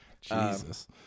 Jesus